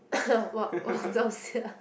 !wah! !wah! zao xia